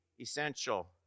essential